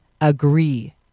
agree